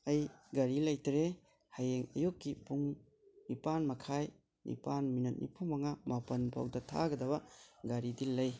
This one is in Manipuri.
ꯑꯩ ꯒꯥꯔꯤ ꯂꯩꯇꯔꯦ ꯍꯌꯦꯡ ꯑꯌꯨꯛꯀꯤ ꯄꯨꯡ ꯅꯤꯄꯥꯜ ꯃꯈꯥꯏ ꯅꯤꯄꯥꯜ ꯃꯤꯅꯠ ꯅꯤꯐꯨꯃꯉꯥ ꯃꯥꯄꯜ ꯐꯥꯎꯕꯗ ꯊꯥꯒꯗꯕ ꯒꯥꯔꯤꯗꯤ ꯂꯩ